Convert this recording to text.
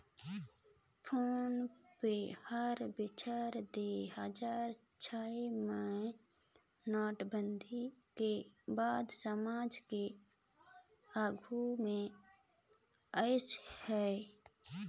phone पे हर बछर दू हजार छै मे नोटबंदी के बाद समाज के आघू मे आइस हे